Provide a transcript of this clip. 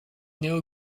néo